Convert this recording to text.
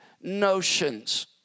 notions